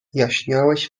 jaśniałeś